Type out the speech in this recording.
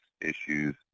issues